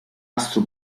austro